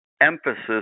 emphasis